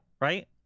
right